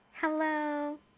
Hello